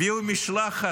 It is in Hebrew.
זה יום שבת